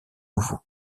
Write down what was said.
nouveaux